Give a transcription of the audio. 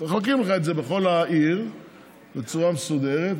מחלקים לך את זה בכל העיר בצורה מסודרת,